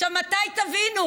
עכשיו, מתי תבינו?